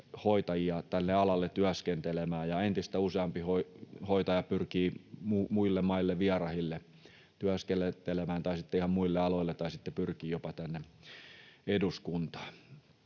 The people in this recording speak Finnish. hoitajia tälle alalle työskentelemään ja entistä useampi hoitaja pyrkii muille maille vierahille työskentelemään tai sitten ihan muille aloille tai sitten pyrkii jopa tänne eduskuntaan.